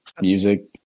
music